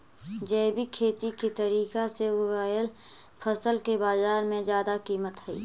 जैविक खेती के तरीका से उगाएल फसल के बाजार में जादा कीमत हई